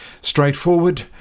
straightforward